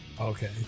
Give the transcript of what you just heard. Okay